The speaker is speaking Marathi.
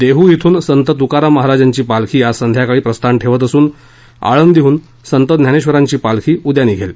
देहू इथून संत तुकाराम महाराजांची पालखी आज संध्याकाळी प्रस्थान ठेवत असून तर आळंदीहून संत ज्ञानेश्वरांची पालखी उद्या निघेल